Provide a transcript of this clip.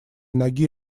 ноги